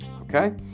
Okay